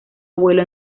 abuelo